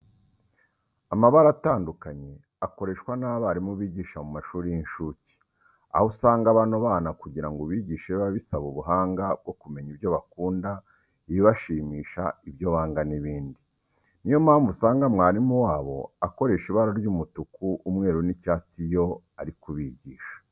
Amabara atandukanye akoreshwa n'abarimu bigisha mu mashuri y'incuke, aho usanga bano bana kugira ngo ubigishe biba bisaba ubuhanga bwo kumenya ibyo bakunda, ibibashimisha, ibyo banga n'ibindi. Niyo mpamvu usanga mwarimu wabo akoresha ibara ry'umutuku, umweru n'icyatsi iyo ari kubigisha.